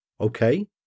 okay